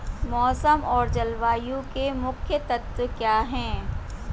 मौसम और जलवायु के मुख्य तत्व क्या हैं?